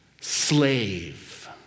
slave